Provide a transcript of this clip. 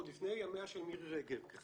כלומר הטוטו הפך עוד לפני ימיה של מירי רגב כשרה